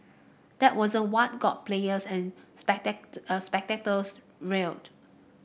that wasn't what got players and spectator spectators riled